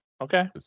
okay